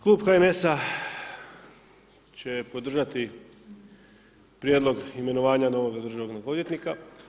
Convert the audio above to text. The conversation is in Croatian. Klub HNS-a će podržati Prijedlog imenovanja novog državnog odvjetnika.